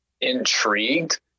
intrigued